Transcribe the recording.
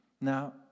Now